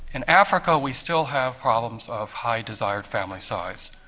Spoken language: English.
in africa we still have problems of high desired family size,